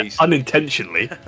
Unintentionally